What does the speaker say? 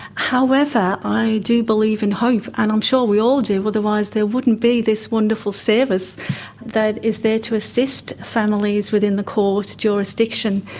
however, i do believe in hope, and i'm sure we all do otherwise there wouldn't be this wonderful service that is there to assist families within the court jurisdiction.